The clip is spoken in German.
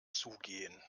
zugehen